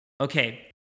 Okay